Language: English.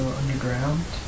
underground